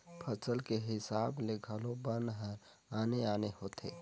फसल के हिसाब ले घलो बन हर आने आने होथे